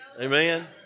Amen